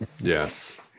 Yes